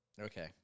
Okay